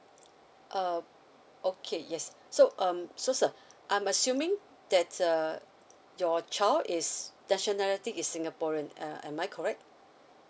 uh okay yes so um so sir I'm assuming that uh your child is nationality is singaporean uh am I correct